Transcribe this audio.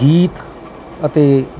ਗੀਤ ਅਤੇ